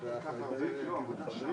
אנחנו בוועדת העלייה והקליטה לציון